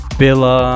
pela